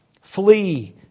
Flee